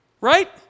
right